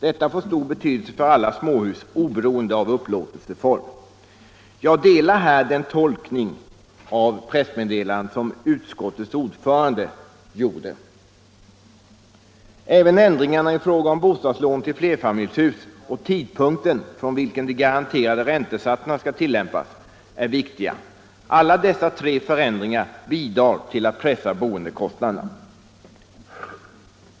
Detta får stor betydelse för alla småhus, oberoende av upplåtelseform. Jag ansluter mig här till den tolkning av pressmeddelandet som utskottets ordförande gjorde. Även ändringarna i fråga om bostadslånen till flerfamiljshus och tidpunkten från vilken de garanterade räntesatserna skall tillämpas är viktiga. Alla dessa tre förändringar bidrar till att pressa boendekostnaderna.